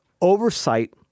oversight